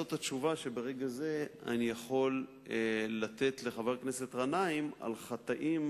זאת התשובה שברגע זה אני יכול לתת לחבר הכנסת גנאים על חטאים,